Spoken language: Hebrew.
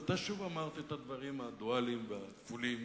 ואתה שוב אמרת את הדברים הדואליים והכפולים